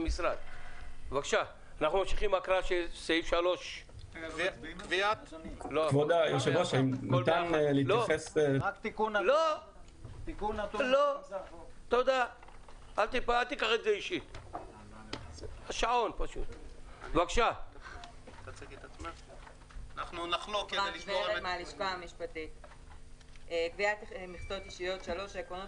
אנחנו ממשיכים בהקראה של סעיף 3. קביעת מכסות אישיות העקרונות